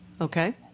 Okay